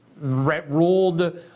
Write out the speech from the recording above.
ruled